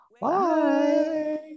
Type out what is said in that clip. Bye